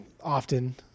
often